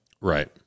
right